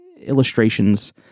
illustrations